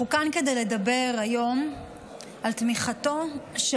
אנחנו כאן כדי לדבר היום על תמיכתו של